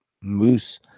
moose